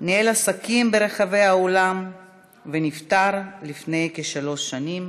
ניהל עסקים ברחבי העולם ונפטר לפני כשלוש שנים,